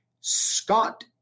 Scott